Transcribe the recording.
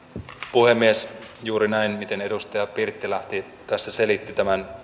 puhemies juuri näin miten edustaja pirttilahti tässä selitti tämän